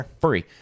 free